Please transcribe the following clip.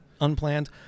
unplanned